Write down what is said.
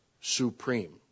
supreme